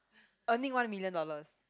earning one million dollars